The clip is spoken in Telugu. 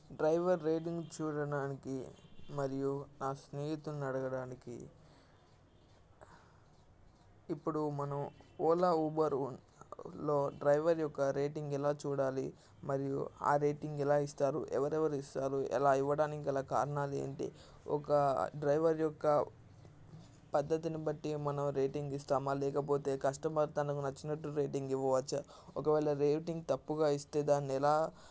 డ్రైవర్ రేటింగ్ చూడడానికి మరియు నా స్నేహితుని అడగడానికి ఇప్పుడు మనం ఓలా ఉబర్లో డ్రైవర్ యొక్క రేటింగ్ ఎలా చూడాలి మరియు ఆ రేటింగ్ ఎలా ఇస్తారు ఎవరెవరు ఇస్తారు అలా ఇవ్వడానికి గల కారణాలు ఏంటి ఒక డ్రైవర్ యొక్క పద్ధతిని బట్టి మనం రేటింగ్ ఇస్తామా లేకపోతే కష్టమర్ తనకు నచ్చినట్టు రేటింగ్ ఇవ్వవచ్చా ఒకవేళ రేటింగ్ తప్పుగా ఇస్తే దాన్ని ఎలా